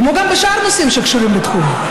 כמו גם בשאר הנושאים שקשורים לתחום.